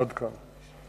עד כאן.